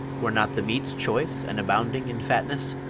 were not the meats choice and abounding in fatness?